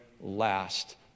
last